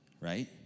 right